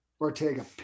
Ortega